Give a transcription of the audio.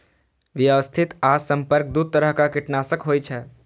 व्यवस्थित आ संपर्क दू तरह कीटनाशक होइ छै